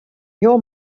your